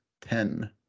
ten